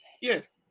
Yes